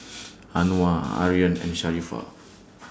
Anuar Aryan and Sharifah